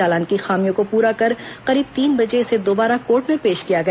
चालान की खामियों को पूरा कर करीब तीन बजे इसे दोबारा कोर्ट में पेश किया गया